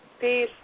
Peace